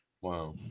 Wow